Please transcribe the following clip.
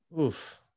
oof